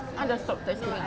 sekarang dah stop texting lah